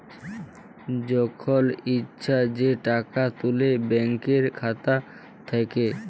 যখল ইছা যে টাকা তুলে ব্যাংকের খাতা থ্যাইকে